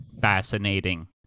fascinating